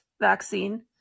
vaccine